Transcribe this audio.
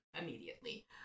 immediately